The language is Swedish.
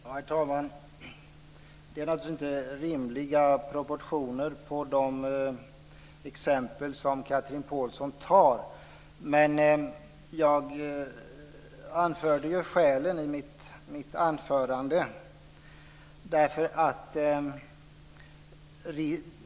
Herr talman! Det är naturligtvis inte rimliga proportioner på de exempel som Chatrine Pålsson tar. Jag anförde skälen i mitt anförande.